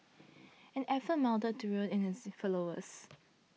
and efforts mounted to rein in his followers